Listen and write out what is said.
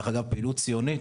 דרך אגב פעילות ציונית,